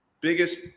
Biggest